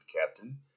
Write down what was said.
Captain